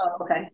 okay